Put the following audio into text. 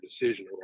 decision